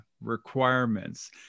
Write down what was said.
requirements